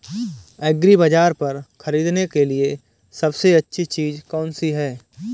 एग्रीबाज़ार पर खरीदने के लिए सबसे अच्छी चीज़ कौनसी है?